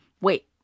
Wait